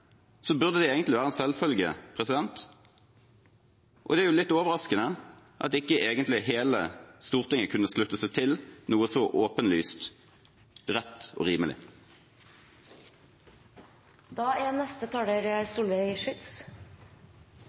burde det egentlig være en selvfølge. Det er jo litt overraskende at ikke hele Stortinget kunne slutte seg til noe så åpenlyst rett og